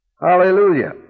Hallelujah